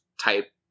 type